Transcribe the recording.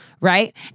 Right